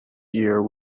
year